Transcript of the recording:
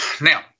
now